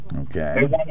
Okay